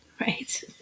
right